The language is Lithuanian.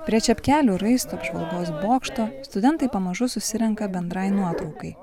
prie čepkelių raisto apžvalgos bokšto studentai pamažu susirenka bendrai nuotraukai